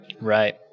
Right